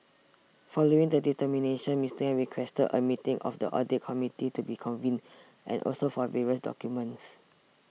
following the termination Mister Yang requested a meeting of the audit committee to be convened and also for various documents